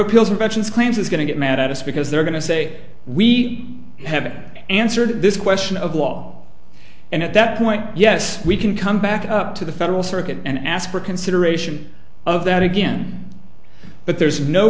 appeals regressions claims is going to get mad at us because they're going to say we have an answer to this question of law and at that point yes we can come back up to the federal circuit and ask for consideration of that again but there's no